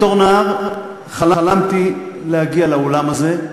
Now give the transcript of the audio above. בתור נער חלמתי להגיע לאולם הזה,